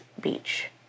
beach